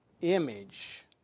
image